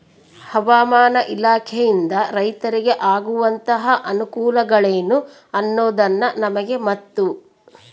ಹವಾಮಾನ ಇಲಾಖೆಯಿಂದ ರೈತರಿಗೆ ಆಗುವಂತಹ ಅನುಕೂಲಗಳೇನು ಅನ್ನೋದನ್ನ ನಮಗೆ ಮತ್ತು?